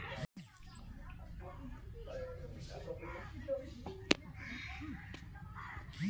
भारत ज्यादातर कार क़र्ज़ स लीयाल जा छेक